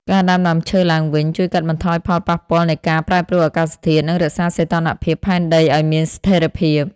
ការដាំដើមឈើឡើងវិញជួយកាត់បន្ថយផលប៉ះពាល់នៃការប្រែប្រួលអាកាសធាតុ និងរក្សាសីតុណ្ហភាពផែនដីឱ្យមានស្ថិរភាព។